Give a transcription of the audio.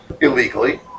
illegally